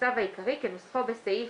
לצו העיקרי כנוסחו בסעיף